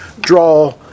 draw